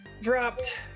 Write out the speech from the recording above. dropped